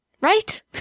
Right